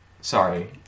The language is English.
sorry